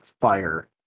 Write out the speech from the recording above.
fire